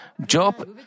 Job